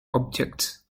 objects